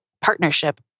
partnership